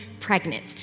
pregnant